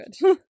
good